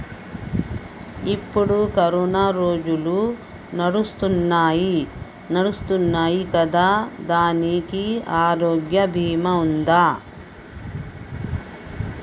ఇప్పుడు కరోనా రోజులు నడుస్తున్నాయి కదా, దానికి ఆరోగ్య బీమా ఉందా?